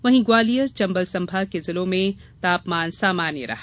वहीं ग्वालियर चंबल संभाग के जिलों में तापमान सामान्य रहा